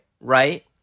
Right